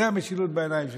זאת המשילות בעיניים שלכם,